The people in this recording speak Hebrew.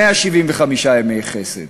175 ימי חסד.